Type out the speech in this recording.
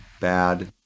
bad